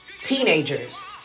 Teenagers